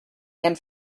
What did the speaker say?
and